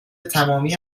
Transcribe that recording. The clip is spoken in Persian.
تمامی